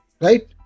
right